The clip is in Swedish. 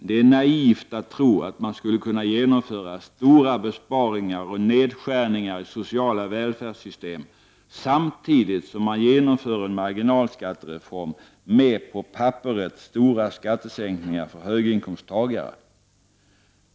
Det är naivt att tro att man skulle kunna genomföra stora besparingar och nedskärningar i sociala välfärdssystem samtidigt som man genomför en marginalskattereform med på papperet stora skattesänkningar för höginkomsttagare.